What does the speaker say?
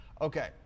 Okay